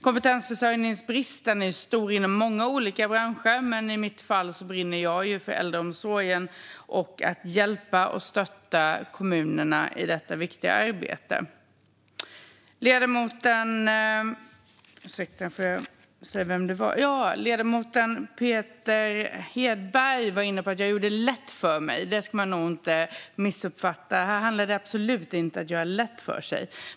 Kompetensförsörjningsbristen är stor i många olika branscher, men för egen del brinner jag för äldreomsorgen och för att hjälpa och stötta kommunerna i detta viktiga arbete. Ledamoten Peter Hedberg var inne på att jag gör det lätt för mig. Det är nog en missuppfattning - det handlar absolut inte om att göra det lätt för sig.